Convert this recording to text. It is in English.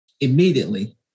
immediately